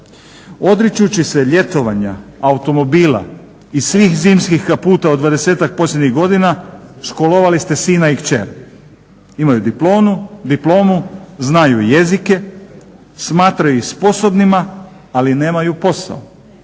Odričući se ljetovanja i automobila i svih zimskih kaputa u 20-ak posljednjih godina školovali ste sina i kćer, imaju diplomu, znaju jezike, smatraju ih sposobnima ali nemaju posao.